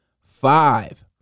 Five